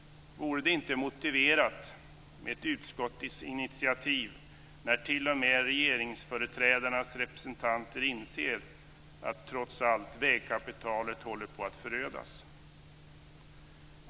Vore det inte motiverat med ett utskottsinitiativ när t.o.m. regeringsföreträdarnas representanter inser att vägkapitalet trots allt håller på att förödas?